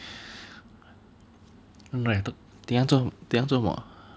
oh I thought Ding Yang 做 Ding Yang 做什么